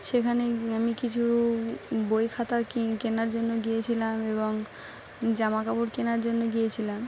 সেখানে আমি কিছু বই খাতা কিনতে কেনার জন্য গিয়েছিলাম এবং জামা কাপড় কেনার জন্য গিয়েছিলাম